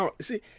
see